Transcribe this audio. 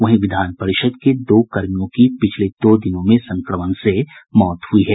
वहीं विधान परिषद के दो कर्मियों की पिछले दो दिनों में संक्रमण से मौत हुई है